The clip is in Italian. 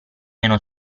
meno